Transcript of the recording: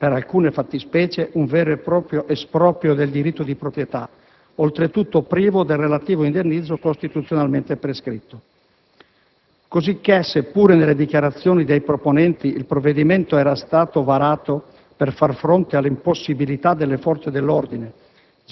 per alcune fattispecie, un vero e proprio esproprio del diritto di proprietà, oltretutto privo del relativo indennizzo costituzionalmente prescritto. Così che, seppure nelle dichiarazioni dei proponenti il provvedimento era stato varato per far fronte all'impossibilità delle forze dell'ordine